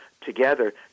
together